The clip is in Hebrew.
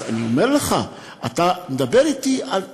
אז אני אומר לך, אתה מדבר אתי על שנתיים.